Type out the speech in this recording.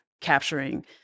capturing